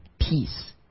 peace